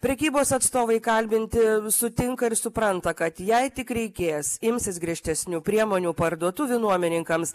prekybos atstovai kalbinti sutinka ir supranta kad jei tik reikės imsis griežtesnių priemonių parduotuvių nuomininkams